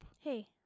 hey